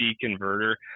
converter